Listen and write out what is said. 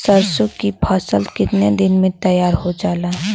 सरसों की फसल कितने दिन में तैयार हो जाला?